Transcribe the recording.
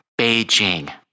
Beijing